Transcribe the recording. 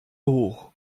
hoch